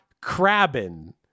crabbing